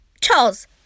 Charles